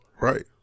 Right